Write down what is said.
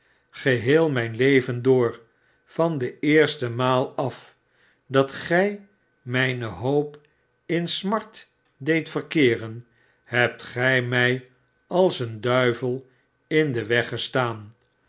geheel mijn leven door van de eerste maal af dat gij mijne hoop in smart deedt verkeeren hebt gij mij als een duivel in den weg gestaan